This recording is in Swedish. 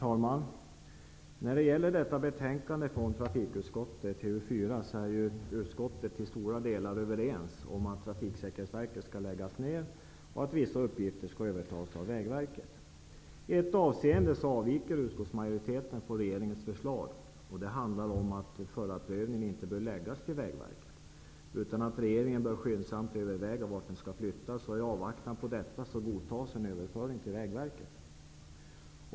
Herr talman! I betänkande TU4 är trafikutskottet till stora delar överens om att Trafiksäkerhetsverket skall läggas ned och att vissa uppgifter skall övertas av Vägverket. I ett avseende avviker utskottsmajoriteten från regeringens förslag. Det handlar om att förarprövningen inte bör läggas över på Vägverket. I stället bör regeringen skyndsamt överväga vart förarprövningen skall flyttas. I avvaktan på detta godtas en överföring till Vägverket.